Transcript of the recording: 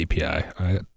API